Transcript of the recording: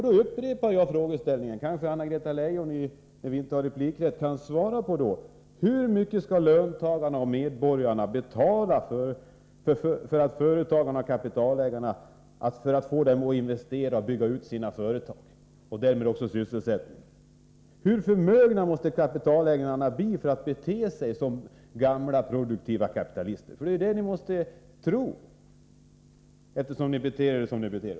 Då upprepar jag frågan: Kan Anna-Greta Leijon svara på, när vi inte längre har replikrätt, hur mycket löntagarna och medborgarna skall betala för att få företagarna och kapitalägarna att investera och bygga ut sina företag och därmed också sysselsättningen? Hur förmögna måste kapitalägarna bli för att bete sig som gammaldags produktiva kapitalister? Ni måste ju tro att det finns en sådan koppling, eftersom ni handlar så som ni gör.